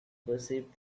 perceived